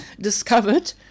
discovered